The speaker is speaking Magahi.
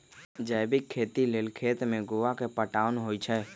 जैविक खेती लेल खेत में गोआ के पटाओंन होई छै